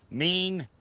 mean,